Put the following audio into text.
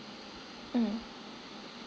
mm